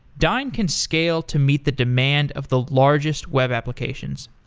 dyn can scale to meet the demand of the largest web applications.